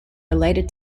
related